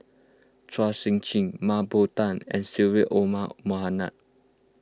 Chua Sian Chin Mah Bow Tan and Syed Omar Mohamed